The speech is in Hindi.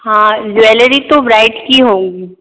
हाँ ज्वेलरी तो ब्राइड की होगी